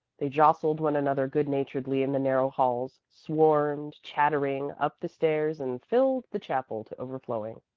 they jostled one another good-naturedly in the narrow halls, swarmed, chattering, up the stairs, and filled the chapel to overflowing.